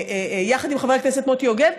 יחד עם חבר הכנסת מוטי יוגב,